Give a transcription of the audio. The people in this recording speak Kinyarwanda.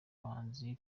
bahanzi